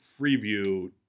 Freeview